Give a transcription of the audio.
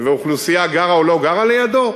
ואוכלוסייה גרה או לא גרה לידו?